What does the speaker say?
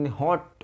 hot